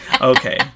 Okay